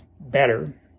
Better